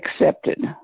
Accepted